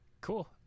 cool